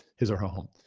his or her home.